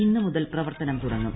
ഇന്നുമുതൽ പ്രവർത്തനം തുടങ്ങും